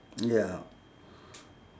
ya